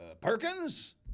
Perkins